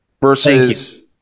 versus